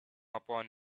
upon